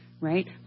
right